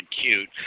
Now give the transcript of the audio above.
cute